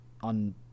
on